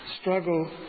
struggle